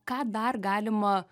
ką dar galima